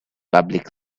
public